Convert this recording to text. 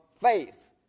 faith